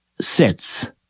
sits